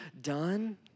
done